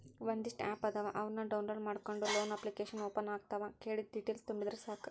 ಒಂದಿಷ್ಟ ಆಪ್ ಅದಾವ ಅವನ್ನ ಡೌನ್ಲೋಡ್ ಮಾಡ್ಕೊಂಡ ಲೋನ ಅಪ್ಲಿಕೇಶನ್ ಓಪನ್ ಆಗತಾವ ಕೇಳಿದ್ದ ಡೇಟೇಲ್ಸ್ ತುಂಬಿದರ ಸಾಕ